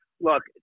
look